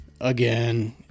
again